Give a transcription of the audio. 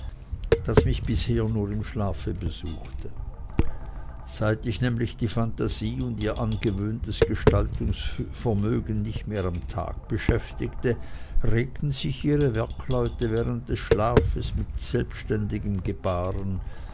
das mich bisher nur im schlafe besuchte seit ich nämlich die phantasie und ihr angewöhntes gestaltungsvermögen nicht mehr am tage beschäftigte regten sich ihre werkleute während des schlafes mit selbständigem gebaren